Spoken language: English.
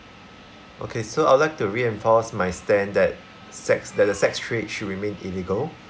okay so I would like to reinforce my stand that sex that the sex trade should remain illegal